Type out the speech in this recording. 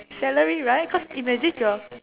salary right cause imagine you're